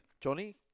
Johnny